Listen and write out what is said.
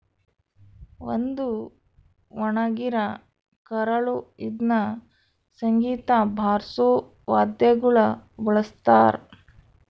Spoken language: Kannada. ಒಂದು ಒಣಗಿರ ಕರಳು ಇದ್ನ ಸಂಗೀತ ಬಾರ್ಸೋ ವಾದ್ಯಗುಳ ಬಳಸ್ತಾರ